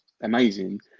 amazing